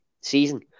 season